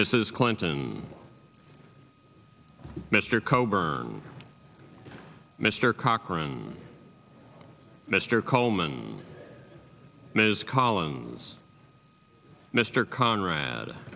mrs clinton mr coburn mr cochran mr coleman ms collins mr conrad